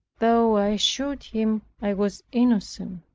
though i assured him i was innocent.